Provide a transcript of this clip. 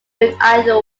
either